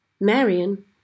Marion